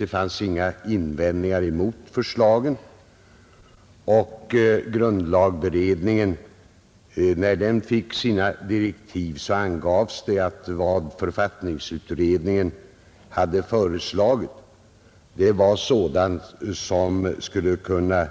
Det gjordes inga invändningar mot förslagen, och när grundlagberedningen fick sina direktiv angavs det att vad författningsutredningen hade föreslagit var sådant som skulle kunna